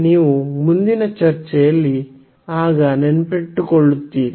ನೀವು ಮುಂದಿನ ಚರ್ಚೆಯಲ್ಲಿ ನೆನಪಿನಲ್ಲಿಟ್ಟುಕೊಳ್ಳುತ್ತೀರಿ